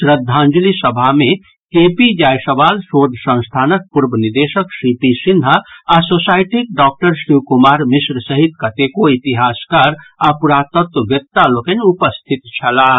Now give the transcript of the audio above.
श्रद्धांजलि सभा मे के पी जायसवाल शोध संस्थानक पूर्व निदेशक सी पी सिन्हा आ सोसाइटीक डॉक्टर शिव कुमार मिश्र सहित कतेको इतिहासकार आ पुरातत्ववेत्ता लोकनि उपस्थित छलाह